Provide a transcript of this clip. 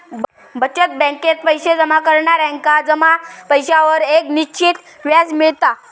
बचत बॅकेत पैशे जमा करणार्यांका जमा पैशांवर एक निश्चित व्याज मिळता